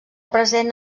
present